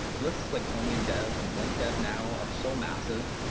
lists like chromium-dev and blink-dev now are so massive.